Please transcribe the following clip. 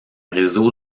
réseau